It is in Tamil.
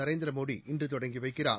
நரேந்திர மோடி இன்று தொடங்கி வைக்கிறார்